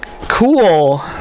cool